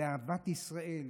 לאהבת ישראל.